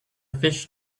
fish